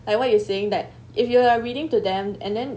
like what you were saying that if you are reading to them and then